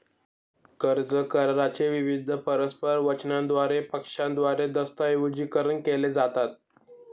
कर्ज करारा चे विविध परस्पर वचनांद्वारे पक्षांद्वारे दस्तऐवजीकरण केले जातात